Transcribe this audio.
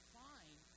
fine